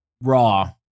Raw